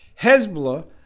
Hezbollah